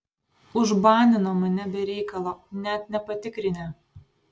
užbanino mane be reikalo net nepatikrinę